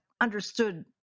understood